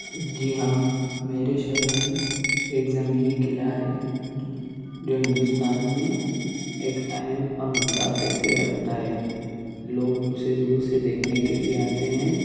جی ہاں میرے شہر میں ایک زمینی قلعہ ہے جو ہندوستان میں ایک اہم اور ممتاز حیثیت رکھتا ہے لوگ اسے دور سے دیکھنے کے لئے آتے ہیں